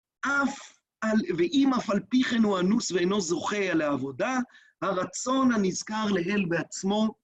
ואם אף על פי כן הוא אנוס ואינו זוכה על העבודה, הרצון הנזכר לאל בעצמו